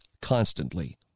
constantly